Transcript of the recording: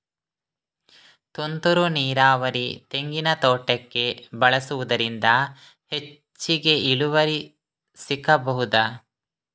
ತುಂತುರು ನೀರಾವರಿ ತೆಂಗಿನ ತೋಟಕ್ಕೆ ಬಳಸುವುದರಿಂದ ಹೆಚ್ಚಿಗೆ ಇಳುವರಿ ಸಿಕ್ಕಬಹುದ?